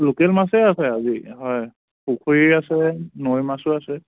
local মাছেই আছে আজি হয় পুখুৰীৰ আছে নৈৰ মাছো আছে